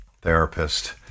therapist